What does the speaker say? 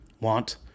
want